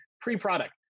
pre-product